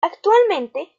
actualmente